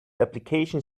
application